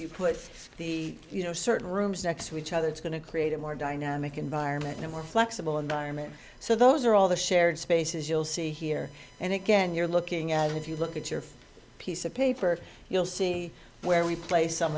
to put the you know certain rooms next to each other it's going to create a more dynamic environment and a more flexible environment so those are all the shared spaces you'll see here and again you're looking at if you look at your piece of paper you'll see where we play some